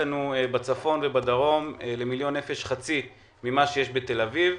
בצפון חצי ממכשירי ה-MRI ממה שיש בתל אביב.